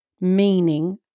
meaning